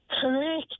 Correct